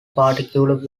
particular